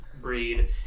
breed